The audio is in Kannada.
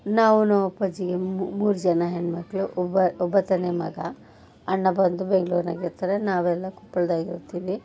ನಾವೂನೂ ಅಪ್ಪಾಜಿಗೆ ಮೂರು ಜನ ಹೆಣ್ಣುಮಕ್ಳು ಒಬ್ಬ ಒಬ್ಬ ತಾನೇ ಮಗ ಅಣ್ಣ ಬಂದು ಬೆಂಗ್ಳೂರಿನಾಗ್ ಇರ್ತಾರೆ ನಾವೆಲ್ಲ ಕೊಪ್ಪಳದಾಗ್ ಇರ್ತೀವಿ